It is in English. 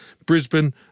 Brisbane